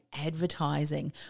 advertising